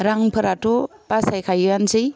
रांफोराथ' बासायखायोआनोसै